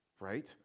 right